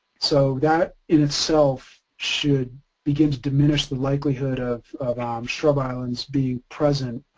so that in itself should begin to diminished the likelihood of, of um shrub islands being present.